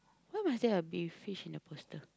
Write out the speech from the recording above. why must there be a fish in the poster